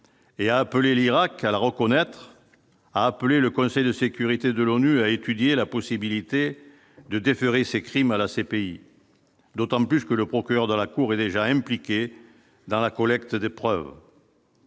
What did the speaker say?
et a appelé l'Irak à la reconnaître, a appelé le Conseil de sécurité de l'ONU à étudier la possibilité de déférer ces crimes à la CPI d'autant plus que le procureur de la Cour est déjà impliqué dans la collecte des preuves